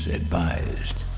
advised